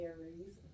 Aries